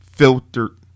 filtered